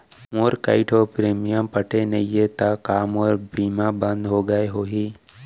मोर कई ठो प्रीमियम पटे नई हे ता का मोर बीमा बंद हो गए होही?